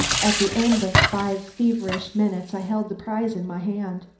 at the end of five feverish minutes i held the prize in my hand.